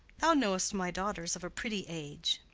thou knowest my daughter's of a pretty age.